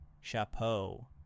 Chapeau